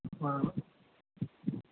બરા